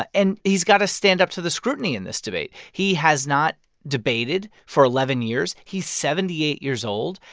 and he's got to stand up to the scrutiny in this debate. he has not debated for eleven years. he's seventy eight years old.